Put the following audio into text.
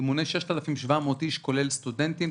והיא מונה 6,700 איש כולל סטודנטים.